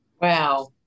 Wow